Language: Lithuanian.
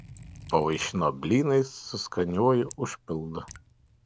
pavaišino blynais su skaniuoju užpildu